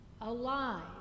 alive